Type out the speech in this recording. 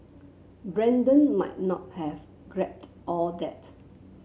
Brandon might not have grepped all that